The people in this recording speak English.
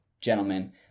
gentlemen